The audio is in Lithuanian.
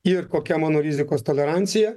ir kokia mano rizikos tolerancija